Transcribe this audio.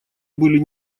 были